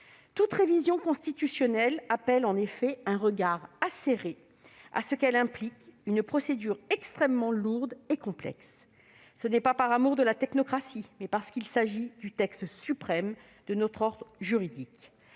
Toute révision constitutionnelle appelle un regard acéré, en ce qu'elle implique une procédure extrêmement lourde et complexe. Ce n'est pas par amour de la technocratie, mais parce qu'il s'agit du texte suprême de notre ordre juridique.